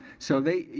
so they, you